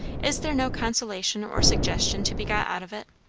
is there no consolation or suggestion to be got out of it?